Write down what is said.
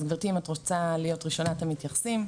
אז גבירתי אם את רוצה להיות ראשונת המתייחסים,